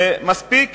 מספיק